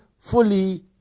fully